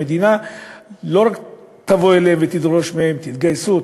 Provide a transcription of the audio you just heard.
המדינה לא רק תבוא אליהם ותדרוש מהם: תתגייסו,